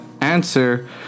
answer